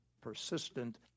Persistent